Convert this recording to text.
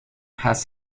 has